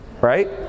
right